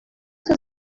seus